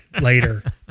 later